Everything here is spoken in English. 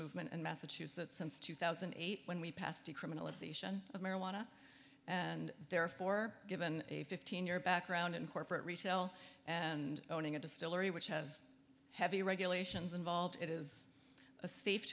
movement in massachusetts since two thousand and eight when we pass decriminalization of marijuana and therefore given a fifteen year background in corporate retail and owning a distillery which has heavy regulations involved it is a safe